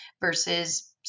versus